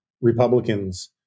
Republicans